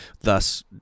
thus